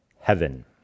heaven